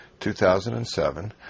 2007